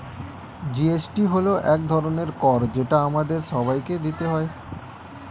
GST হল এক ধরনের কর যেটা আমাদের সবাইকে দিতে হয়